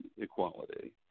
equality